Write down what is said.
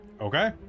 okay